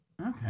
Okay